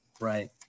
Right